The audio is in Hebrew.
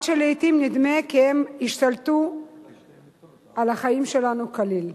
עד שלעתים נדמה כי הם השתלטו על החיים שלנו כליל.